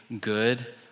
good